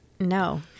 No